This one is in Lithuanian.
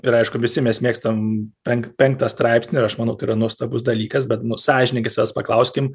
ir aišku visi mes mėgstam penk penktą straipsnį ir aš manau tai yra nuostabus dalykas bet nu sąžiningai savęs paklauskim